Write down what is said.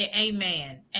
Amen